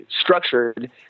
structured